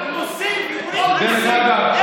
דרך אגב,